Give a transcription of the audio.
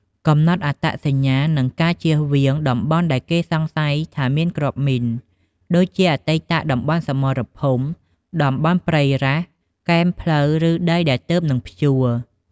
កំណត់អត្តសញ្ញាណ និងការចៀសវាងតំបន់ដែលគេសង្ស័យថាមានគ្រាប់មីន ដូចជាអតីតតំបន់សមរភូមិ តំបន់ព្រៃរ៉ាស់ គែមផ្លូវ ឬដីដែលទើបនឹងភ្ជួរ។